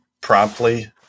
promptly